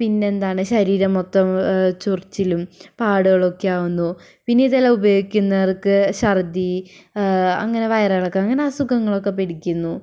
പിന്നെന്താണ് ശരീരം മൊത്തം ചൊറിച്ചിലും പാടുകളും ഒക്കെ ആവുന്നു പിന്നിതെല്ലാം ഉപയോഗിക്കുന്നവർക്ക് ശർദ്ദി അങ്ങനെ വയറിളക്കം അങ്ങനെ അസുഖങ്ങളൊക്കെ പിടിക്കുന്നു